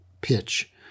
pitch